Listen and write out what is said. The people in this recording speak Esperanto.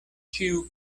ĉiu